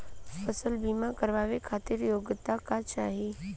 फसल बीमा करावे खातिर योग्यता का चाही?